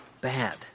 bad